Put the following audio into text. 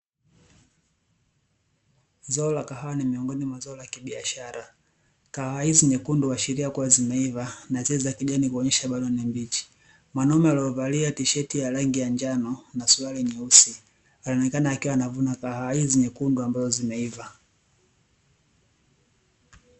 Zao la kahawa ni miongoni mwa zao la kibiashara. Kahawa hizi nyekundu huashiria kuwa zimeiva na zile za kijani kuonyesha bado ni mbichi. Mwanaume aliovalia tisheti ya rangi ya njano na suruali nyeusi, anaonekana akiwa anavuna kahawa hizi nyekundu ambazo zimeiva.